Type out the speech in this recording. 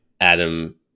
Adam